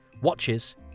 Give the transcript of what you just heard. watches